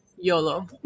Yolo